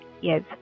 Yes